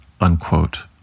unquote